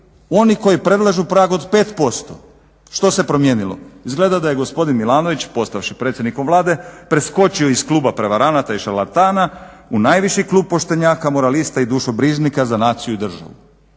oni koji predlažu prag od 5%. Što se promijenilo? Izgleda da je gospodin Milanović postavši predsjednikom Vlade preskočio iz kluba prevaranata i šarlatana u najviši klub poštenjaka, moralista i dušobrižnika za naciju i državu.